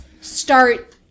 start